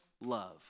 love